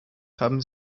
haben